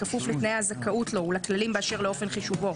בכפוף לתנאי הזכאות לו ולכללים באשר לאופן חישובו,